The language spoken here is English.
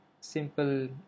simple